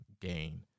gain